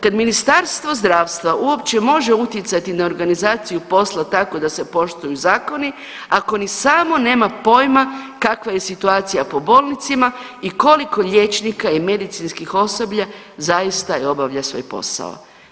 Kad Ministarstvo zdravstva opće može utjecati na organizaciju posla tako da se poštuju zakoni ako ni samo nema poima kakva je situacija po bolnicama i koliko liječnika i medicinskog osoblja zaista ne obavlja svoj posao.